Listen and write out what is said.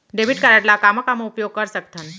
Debit card ला कामा कामा उपयोग कर सकथन?